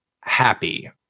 happy